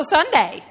Sunday